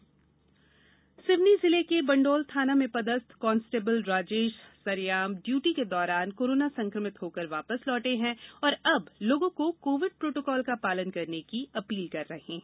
जन आंदोलन सिवनी जिले के बंडोल थाना में पदस्थ कांस्टेबल राजेश सरेयाम ड्यूटी के दौरान कोरोना संक्रमित होकर वापस लौटे और अब लोगों को कोविड प्रोटोकॉल का पालन करने की अपील कर रहे हैं